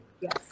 Yes